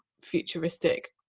futuristic